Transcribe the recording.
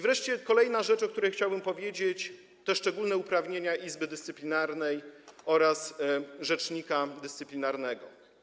Wreszcie kolejna rzecz, o której chciałbym powiedzieć, to szczególne uprawnienia Izby Dyscyplinarnej oraz rzecznika dyscyplinarnego.